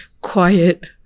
quiet